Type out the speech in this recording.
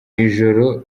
ijoro